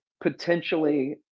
potentially